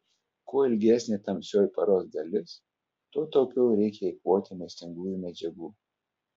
kuo ilgesnė tamsioji paros dalis tuo taupiau reikia eikvoti maistingųjų medžiagų